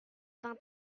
vingt